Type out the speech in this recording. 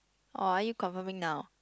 or are you confirming now